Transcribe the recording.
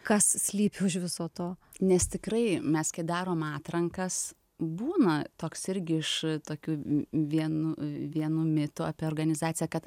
kas slypi už viso to nes tikrai mes kai darom atrankas būna toks irgi iš tokių vien vienų mitų apie organizaciją kad